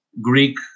Greek